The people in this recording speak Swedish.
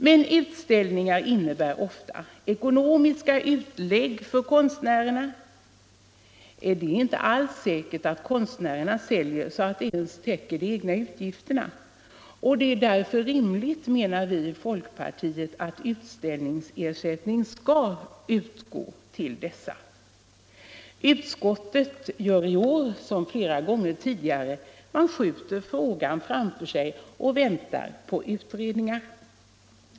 Men utställningar innebär ofta ekonomiska utlägg för konstnärerna. Det är inte alls säkert att konstnärerna säljer så att det ens täcker de egna utgifterna. Det är därför rimligt, tycker vi i folkpartiet, att utställningsersättning skall utgå. Utskottet gör i år som flera gånger tidigare: man skjuter frågan framför sig och väntar på utredningar.